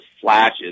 flashes